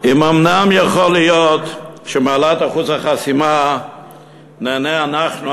האומנם יכול להיות שמהעלאת אחוז החסימה ניהנה אנחנו,